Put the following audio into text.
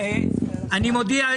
אני מודיע,